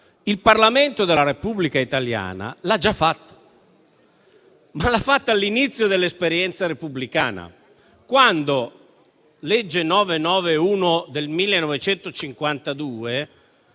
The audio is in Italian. il Parlamento della Repubblica italiana l'ha già fatta, ma l'ha fatta all'inizio dell'esperienza repubblicana, sulla legge n. 991 del 1952,